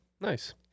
nice